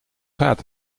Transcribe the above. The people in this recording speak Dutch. gaat